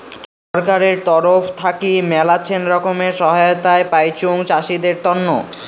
ছরকারের তরফ থাকি মেলাছেন রকমের সহায়তায় পাইচুং চাষীদের তন্ন